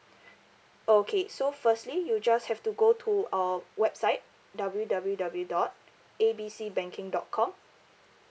okay so firstly you just have to go to our website W W W dot A B C banking dot com